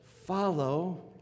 follow